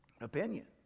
opinion